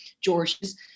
George's